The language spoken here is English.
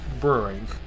brewing